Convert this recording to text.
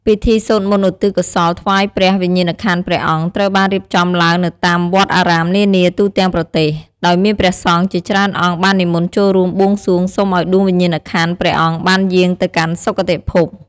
ពិធីសូត្រមន្តឧទ្ទិសកុសលថ្វាយព្រះវិញ្ញាណក្ខន្ធព្រះអង្គ ត្រូវបានរៀបចំឡើងនៅតាមវត្តអារាមនានាទូទាំងប្រទេស ដោយមានព្រះសង្ឃជាច្រើនអង្គបាននិមន្តចូលរួមបួងសួងសុំឱ្យដួងព្រះវិញ្ញាណក្ខន្ធព្រះអង្គបានយាងទៅកាន់សុគតិភព។